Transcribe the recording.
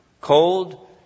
cold